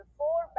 four